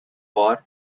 war